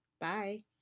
Bye